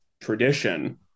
tradition